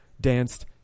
danced